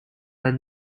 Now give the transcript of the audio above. are